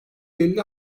elli